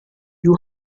you